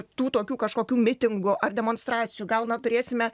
tų tokių kažkokių mitingų ar demonstracijų gal na turėsime